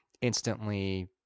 instantly